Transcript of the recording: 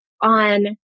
on